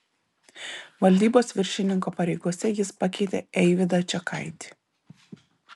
valdybos viršininko pareigose jis pakeitė eivydą čekaitį